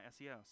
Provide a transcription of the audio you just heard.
SEO